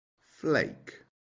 flake